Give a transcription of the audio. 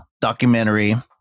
documentary